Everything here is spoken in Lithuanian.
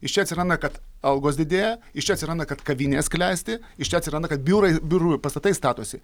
iš čia atsiranda kad algos didėja iš čia atsiranda kad kavinės klesti iš čia atsiranda kad biurai biurų pastatai statosi